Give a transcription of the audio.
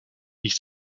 ich